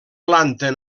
planta